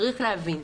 צריך להבין,